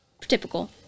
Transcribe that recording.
Typical